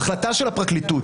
ההחלטה של הפרקליטות,